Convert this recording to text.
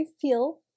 feel